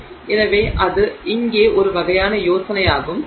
எனவே அது இங்கே ஒரு வகையான யோசனையாகும் அதுதான் அது